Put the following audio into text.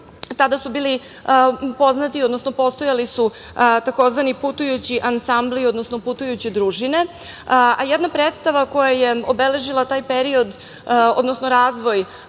tada su bili poznati, tj. postojali su takozvani putujući ansambli, odnosno putujuće družine, a jedna predstava, koja je obeležila taj period, odnosno razvoj